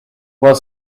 while